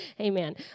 Amen